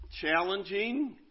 challenging